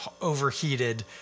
overheated